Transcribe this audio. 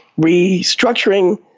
restructuring